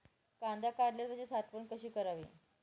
कांदा काढल्यावर त्याची साठवण कशी करावी?